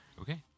Okay